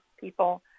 people